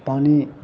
पानी